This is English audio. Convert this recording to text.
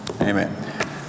Amen